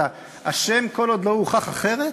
אתה אשם כל עוד לא הוכח אחרת?